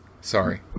Sorry